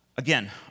Again